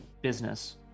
business